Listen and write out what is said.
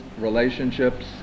relationships